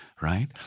right